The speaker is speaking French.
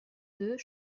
deux